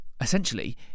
essentially